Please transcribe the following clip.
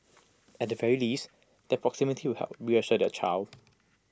at the very least their proximity would help reassure their child